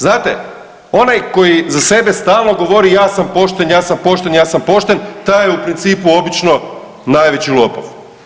Znate onaj koji za sebe stalno govori ja sam pošten, ja sam pošten, ja sam pošten, taj je u principu obično najveći lopov.